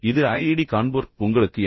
இது ஐஐடி கான்பூர் உங்களுக்கு என்